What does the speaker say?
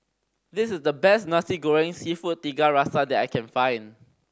this is the best Nasi Goreng Seafood Tiga Rasa that I can find